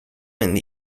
and